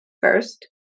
First